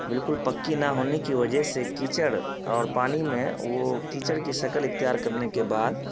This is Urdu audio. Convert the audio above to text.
بالکل پکی نہ ہونے کی وجہ سے کیچڑ اور پانی میں وہ کیچڑ کی شکل اختیار کرنے کے بعد